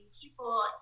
people